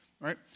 right